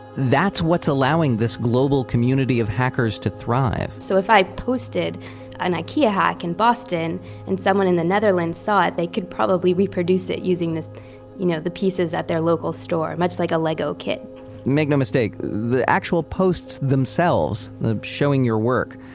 that's what's allowing this global community of hackers to thrive so if i posted an ikea hack in boston and someone in the netherlands saw it, they could probably reproduce it using the you know, the pieces at their local store much like a lego kit make no mistake. the actual posts themselves of showing your work,